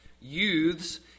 youths